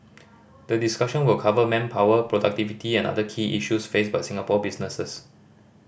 the discussion will cover manpower productivity and other key issues faced by Singapore businesses